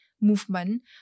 movement